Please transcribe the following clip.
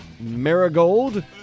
Marigold